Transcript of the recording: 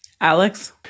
Alex